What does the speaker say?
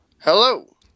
Hello